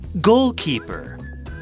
goalkeeper